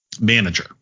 Manager